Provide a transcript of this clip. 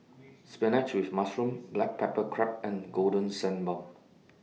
Spinach with Mushroom Black Pepper Crab and Golden Sand Bun